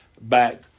back